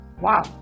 wow